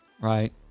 Right